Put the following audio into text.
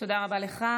תודה רבה לך.